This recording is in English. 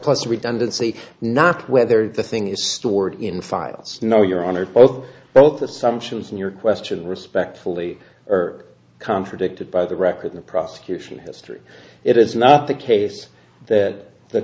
plus redundancy not whether the thing is stored in files no your honor both both assumptions in your question respectfully urt contradicted by the record the prosecution history it is not the case that the